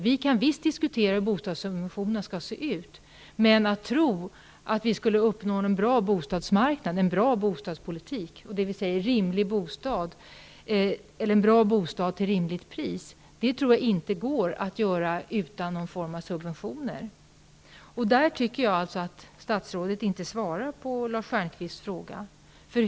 Vi kan visst diskutera hur bostadssubventionerna skall se ut, men jag tror inte att vi får en bra bostadspolitik, en bra bostad till rimligt pris, utan någon form av subventioner. Här tycker jag att statsrådet inte svarar på Lars Stjernkvists fråga.